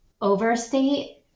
overstate